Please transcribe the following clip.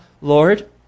Lord